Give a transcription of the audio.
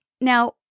Now